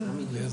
לא,